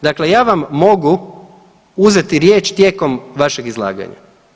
Dakle, ja vam mogu uzeti riječ tijekom vašeg izlaganja.